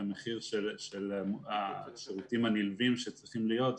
המחיר של השירותים הנלווים שצריכים להיות,